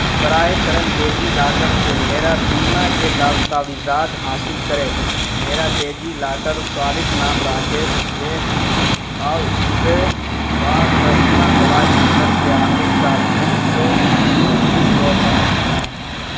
برائے کرم DigiLocker سے میرا بیمہ کے داستاویزات حاصل کریں میرا ڈیجی لاکر صارف نام راکیش کے ہیں اور اس سے وابستہ موبائل نمبر کے آخری چار ہندسوں تین تین دو پانچ ہیں